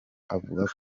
avuga